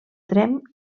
tremp